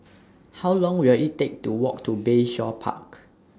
How Long Will IT Take to Walk to Bayshore Park